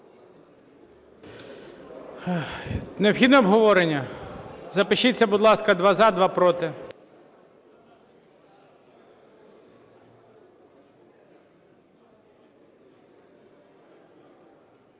Необхідне обговорення? Запишіться, будь ласка: два – за, два – проти.